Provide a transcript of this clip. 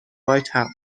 whitehouse